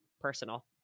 personal